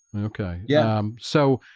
okay. yeah, so